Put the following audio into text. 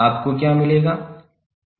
आपको क्या मिलेगा